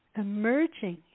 emerging